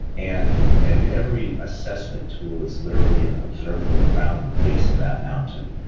and and every assessment tool is literally an observer around the base of that mountain,